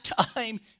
time